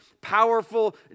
powerful